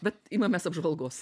bet imamės apžvalgos